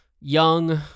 young